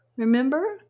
Remember